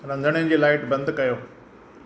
रंधिड़े जी लाइट बंदि कयो